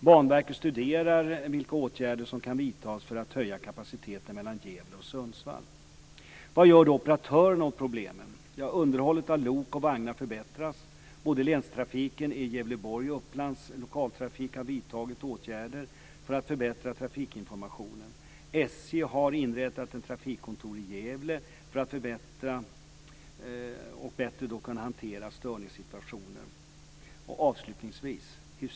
Banverket studerar vilka åtgärder som kan vidtas för att höja kapaciteten mellan Hur ser utbyggnadsläget ut, dvs. själva infrastrukturen när det gäller Ostkustbanan?